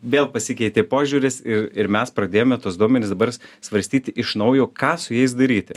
vėl pasikeitė požiūris ir ir mes pradėjome tuos duomenis dabar svarstyti iš naujo ką su jais daryti